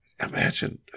Imagine